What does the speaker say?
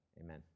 amen